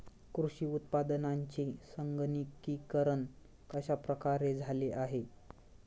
कृषी उत्पादनांचे संगणकीकरण कश्या प्रकारे झाले आहे?